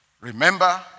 remember